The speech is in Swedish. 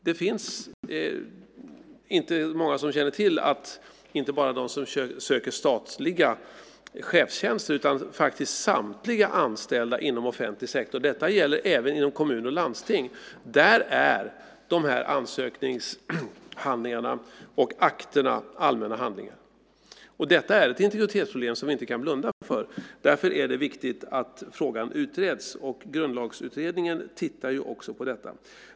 Det finns inte många som känner till att det inte bara är de som söker statliga chefstjänster utan faktiskt samtliga anställda inom offentlig sektor - alltså även inom kommuner och landsting - vars ansökningshandlingar och akter är allmänna handlingar. Detta är ett integritetsproblem som vi inte kan blunda för, och därför är det viktigt att frågan utreds. Grundlagsutredningen tittar också på detta.